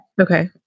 Okay